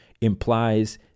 implies